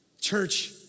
Church